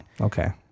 okay